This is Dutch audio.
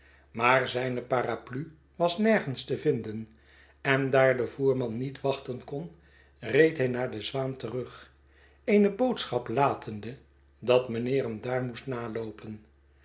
maar zijne paraplu was nergens te vinden en daar de voerman niet wachten kon reed hij naar de zwaan terug eene boodschap latende dat mijnheer hem maar moest naloopen